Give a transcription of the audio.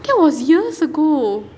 that was years ago